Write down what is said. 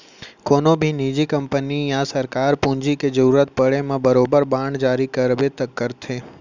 कोनों भी निजी कंपनी या सरकार पूंजी के जरूरत परे म बरोबर बांड जारी करबे करथे